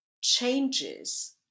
changes